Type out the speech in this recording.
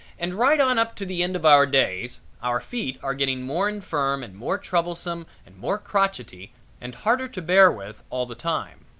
and right on up to the end of our days, our feet are getting more infirm and more troublesome and more crotchety and harder to bear with all the time.